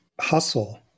hustle